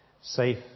safe